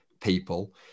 people